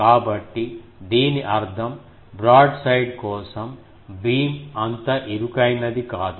కాబట్టి దీని అర్థం బ్రాడ్ సైడ్ కోసం బీమ్ అంత ఇరుకైనది కాదు